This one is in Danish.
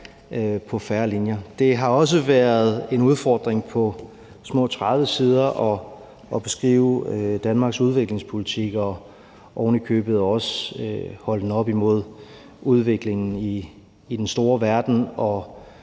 på færre linjer. Det har også været en udfordring på små 30 sider at beskrive Danmarks udviklingspolitik og ovenikøbet også holde det op imod udviklingen i den store verden og